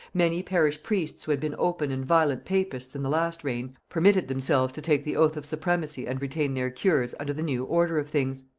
many parish priests who had been open and violent papists in the last reign, permitted themselves to take the oath of supremacy and retain their cures under the new order of things,